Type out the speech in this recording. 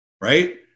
right